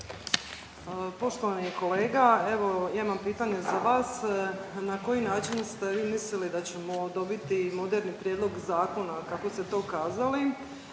Poštovani kolega, evo ja imam pitanje za vas. Na koji način ste vi mislili da ćemo dobiti moderni prijedlog zakona kako ste to kazali